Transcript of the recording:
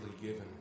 given